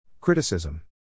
Criticism